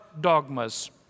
dogmas